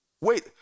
Wait